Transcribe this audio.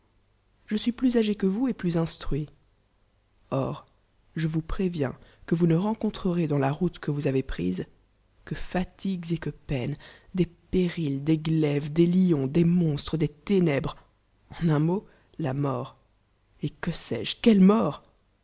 je suis plus agé que vous et plus iustrnit or je vous pl'é ienl que vous ne rencontrerez dans la route que vous avez prise que fatigues et que peiues des périls des glaives des lions des monstres des ténèbres en un mot la mort et que sais j j quelle